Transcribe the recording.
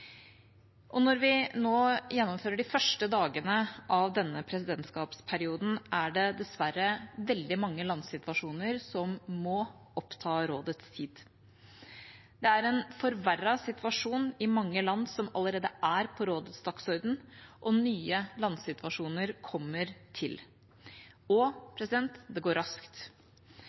Når vi nå gjennomfører de første dagene av denne presidentskapsperioden, er det dessverre veldig mange landsituasjoner som må oppta rådets tid. Det er en forverret situasjon i mange land som allerede er på rådets dagsorden, og nye landsituasjoner kommer til – og det går raskt.